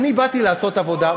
אני באתי לעשות עבודה.